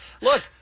look